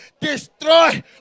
destroy